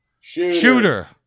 Shooter